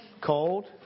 Cold